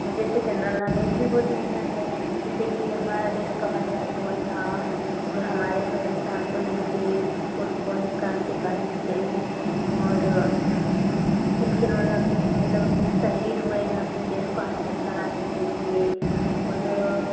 मुझे इससे general knowledge भी बहुत मिलता है जैसे कि हमारा देश कब आज़ाद हुआ था और हमारे स्वतंत्रता आंदोलन के कौन कौन क्रांतिकारी थे और किन किन ने ने अपनी मतलब शहीद हुए हैं अपने देश को आज़ाद कराने के लिए और